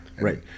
right